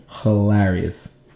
hilarious